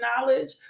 knowledge